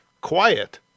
quiet